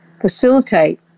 facilitate